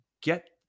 get